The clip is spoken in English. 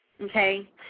okay